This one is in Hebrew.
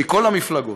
מכל המפלגות,